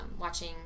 watching